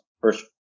first